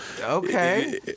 Okay